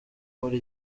muri